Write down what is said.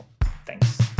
Thanks